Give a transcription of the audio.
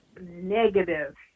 negative